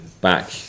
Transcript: back